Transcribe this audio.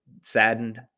saddened